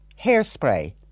hairspray